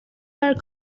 are